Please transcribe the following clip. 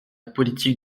politique